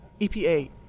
EPA